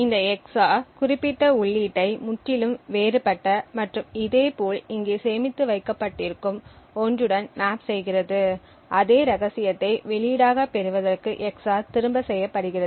இந்த EX OR குறிப்பிட்ட உள்ளீட்டை முற்றிலும் வேறுபட்ட மற்றும் இதேபோல் இங்கே சேமித்து வைக்கப்பட்டிருக்கும் ஒன்றுடன் மேப் செய்கிறது அதே ரகசியத்தை வெளியீடாகப் பெறுவதற்கு EX OR திரும்ப செய்யப்படுகிறது